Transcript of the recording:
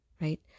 Right